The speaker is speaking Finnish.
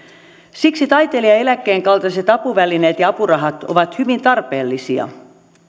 siksi taiteilijaeläkkeen kaltaiset apuvälineet ja apurahat ovat hyvin tarpeellisia